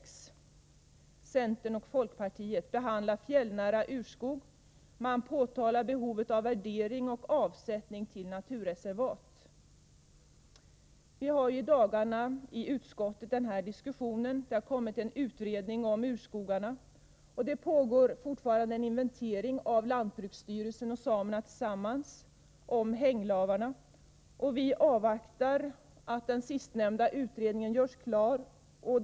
Reservation nr 26 från centern och folkpartiet behandlar fjällnära urskog. Man påtalar där behovet av värdering och avsättning till naturreservat. Vi har i dagarna en diskussion om detta i utskottet. Det har kommit en utredning om urskogarna, och det pågår fortfarande en inventering av lantbruksstyrelsen och samerna tillsammans om hänglavarna. Vi avvaktar att den utredningen görs klar.